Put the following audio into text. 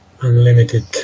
unlimited